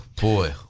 boy